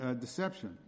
deception